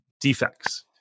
defects